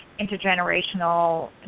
intergenerational